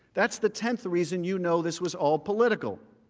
that's the tenth reason you know this was all political.